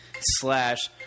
slash